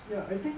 ya I think